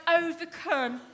overcome